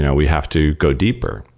yeah we have to go deeper.